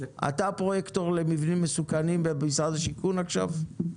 אתה הפרויקטור למבנים מסוכנים במשרד השיכון עכשיו?